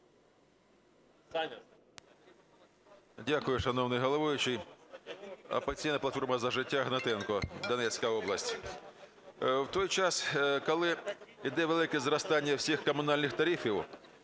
Дякую, шановний головуючий. "Опозиційна платформа – За життя", Гнатенко, Донецька область. У той час, коли йде велике зростання всіх комунальних тарифів,